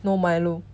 no milo